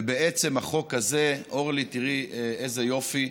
ובעצם החוק הזה, אורלי, תראי איזה יופי,